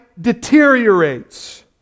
deteriorates